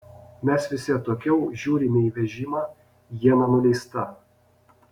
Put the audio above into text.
mes visi atokiau žiūrime į vežimą iena nuleista